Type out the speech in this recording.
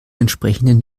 entsprechenden